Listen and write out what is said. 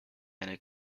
eine